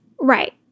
Right